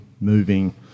moving